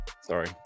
Sorry